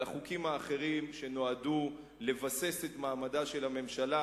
החוקים האחרים שנועדו לבסס את מעמדה של הממשלה.